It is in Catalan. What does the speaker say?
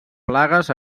plagues